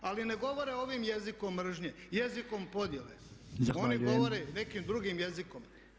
Ali ne govore ovim jezikom mržnje, jezikom podjele [[Upadica: Zahvaljujem.]] Oni govore nekim drugim jezikom.